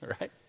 Right